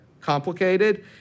complicated